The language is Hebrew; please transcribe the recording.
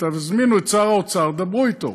תזמינו את שר האוצר, דברו אתו.